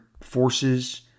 forces